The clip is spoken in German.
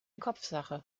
kopfsache